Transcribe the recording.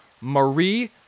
Marie